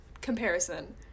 comparison